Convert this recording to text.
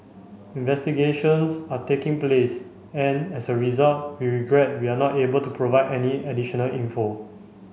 investigations are taking place and as a result we regret we are not able to provide any additional info